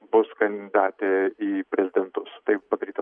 bus kandidatė į prezidentus tai padaryta